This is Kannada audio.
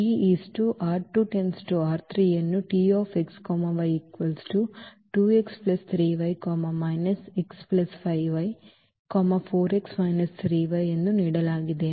ಆದ್ದರಿಂದ ಈ ಅನ್ನು ಎಂದು ನೀಡಲಾಗಿದೆ